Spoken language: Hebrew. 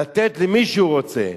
לתת למי שהוא רוצה.